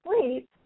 sleep